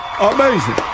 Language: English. Amazing